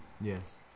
Yes